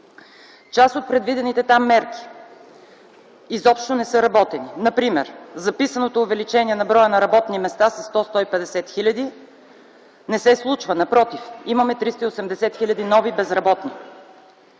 Част от предвидените там мерки изобщо не са работени. Например записаното увеличение на броя на работни места със 100 150 хиляди не се случва. Напротив, имаме 380 хиляди нови безработни.